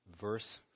verse